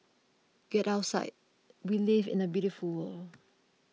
get outside we live in a beautiful world